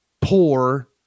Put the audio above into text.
poor